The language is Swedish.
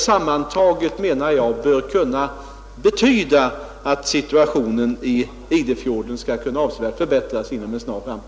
Sammantaget bör detta enligt min mening betyda att situationen i Idefjorden avsevärt skall kunna förbättras inom en snar framtid.